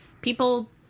people